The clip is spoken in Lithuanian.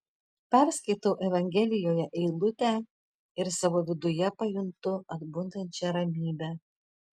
perskaitau evangelijoje eilutę ir savo viduje pajuntu atbundančią ramybę